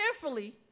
carefully